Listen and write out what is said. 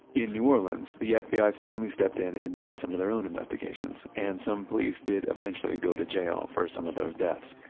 in new orleans, the fbi finally stepped in and did some of their own investigations and some police did eventually go to jail for some of those deaths.